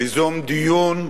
ליזום דיון מושכל,